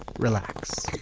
relax